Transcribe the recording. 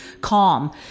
calm